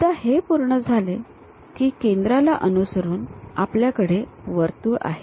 एकदा हे पूर्ण झाले की केंद्राला अनुसरून आपल्याकडे हे वर्तुळ आहे